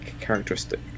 characteristic